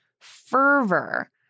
fervor